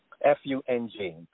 F-U-N-G